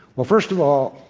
well, first of all,